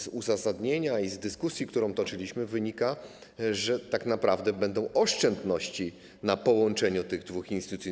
Z uzasadnienia i z dyskusji, którą toczyliśmy, wynika, że tak naprawdę będą oszczędności wynikające z połączenia tych dwóch instytucji.